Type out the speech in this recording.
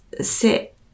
sit